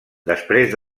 després